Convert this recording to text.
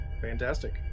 Fantastic